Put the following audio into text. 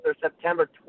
September